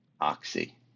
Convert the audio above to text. Oxy